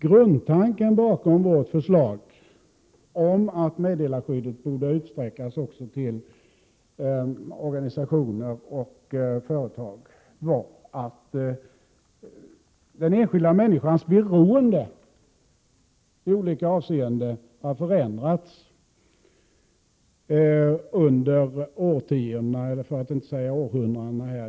Grundtanken bakom vårt förslag om att meddelarskyddet skulle utsträckas också till organisationer och företag var att den enskilda människans beroende i olika avseenden har förändrats under årtiondena, för att inte säga århundradena.